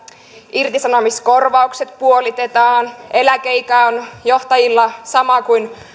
irtisanomiskorvaukset puolitetaan eläkeikä on johtajilla sama kuin